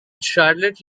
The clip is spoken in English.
charlotte